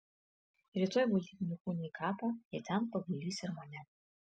rytoj guldydami kūną į kapą jie ten paguldys ir mane